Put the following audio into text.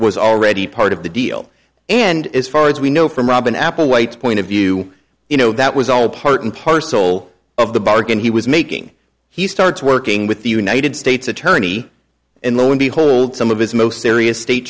was already part of the deal and as far as we know from robin applewhite point of view you know that was all part and parcel of the bargain he was making he starts working with the united states attorney and lo and behold some of his most serious state